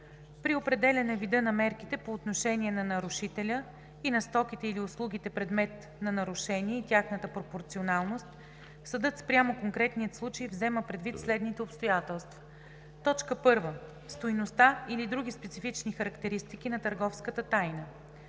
При определяне вида на мерките по отношение на нарушителя и на стоките или услугите – предмет на нарушение, и тяхната пропорционалност съдът, спрямо конкретния случай, взема предвид следните обстоятелства: 1. стойността или други специфични характеристики на търговската тайна;